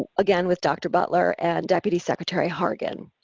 again with dr. butler and deputy secretary hargan.